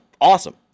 awesome